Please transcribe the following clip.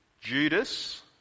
Judas